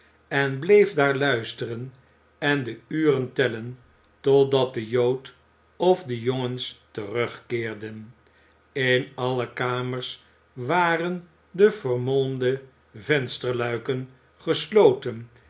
en bleef daar luisteren en de uren tellen totdat de jood of de jongens terugkeerden in alle kamers waren de vermolmde vensterluiken gesloten